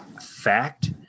fact